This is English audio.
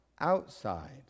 outside